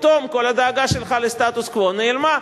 פתאום כל הדאגה שלך לסטטוס-קוו נעלמה.